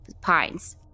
Pines